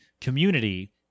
community